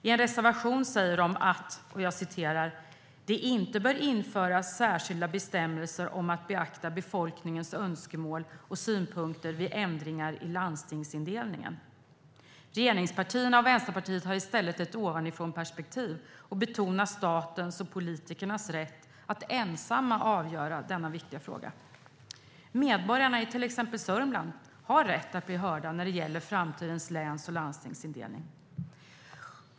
I en reservation säger de att "det inte bör införas särskilda bestämmelser om att beakta befolkningens önskemål och synpunkter vid ändringar i landstingsindelningen". Regeringspartierna och Vänsterpartiet har i stället ett ovanifrånperspektiv och betonar statens och politikernas rätt att ensamma avgöra denna viktiga fråga. Medborgarna i till exempel Sörmland har rätt att bli hörda när det gäller framtidens läns och landstingsindelning.